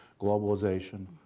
globalization